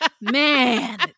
man